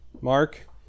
Mark